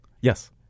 Yes